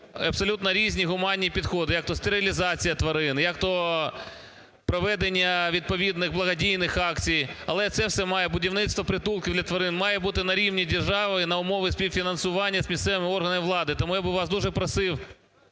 абсолютно різні гуманні підходи, як то стерилізація тварин, як то проведення відповідних благодійних акцій, але це все, будівництво притулків для тварин, має бути на рівні держави і на умовах співфінансування з місцевими органами влади. Тому я би вас дуже просив